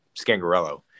Scangarello